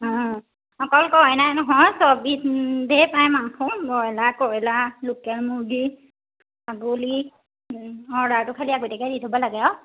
অঁ অকল কইলাৰে নহয় চব বিধেই পায় মাংস বইলাৰ কইলাৰ লোকেল মূৰ্গী ছাগলী অৰ্ডাৰটো খালি আগতীয়াকৈ দি থ'ব লাগে আৰু